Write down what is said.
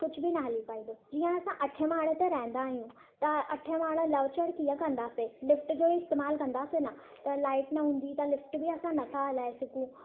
कुझु बि न हली पाईंदो जीअं असां अठें माड़े ते रहंदा आहियूं त अठ माड़ा लहु चड़ कीअं कंदासीं लिफ्ट जो ई इस्तेमालु कंदासीं न त लाइट न हूंदी त लिफ्ट बि असां न था हलाए सघूं